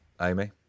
Amy